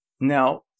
Now